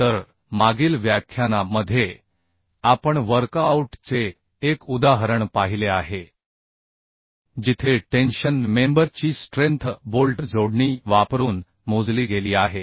तर मागील व्याख्याना मध्ये आपण वर्कआउट चे एक उदाहरण पाहिले आहे जिथे टेन्शन मेंबर ची स्ट्रेंथ बोल्ट जोडणी वापरून मोजली गेली आहे